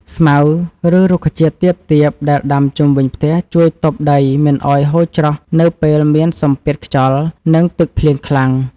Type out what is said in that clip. ស្មៅ ឬរុក្ខជាតិទាបៗដែលដាំជុំវិញផ្ទះជួយទប់ដីមិនឱ្យហូរច្រោះនៅពេលមានសម្ពាធខ្យល់ និងទឹកភ្លៀងខ្លាំង។